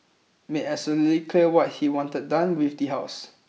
made absolutely clear what he wanted done with the house